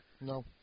No